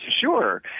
sure